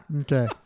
Okay